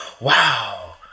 wow